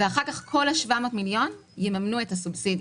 כל ה-700 מיליון יממנו את הסובסידיה.